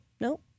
no